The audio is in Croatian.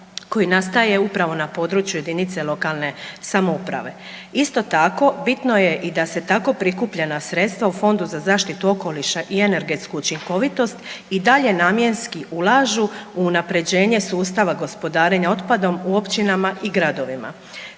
koji nastaje upravo na području jedinice lokalne samouprave. Isto tako bitno je i da se tako prikupljena sredstva u Fondu za zaštitu okoliša i energetsku učinkovitost i dalje namjenski ulažu u unapređenje sustava gospodarenja otpadom u općinama i gradovima.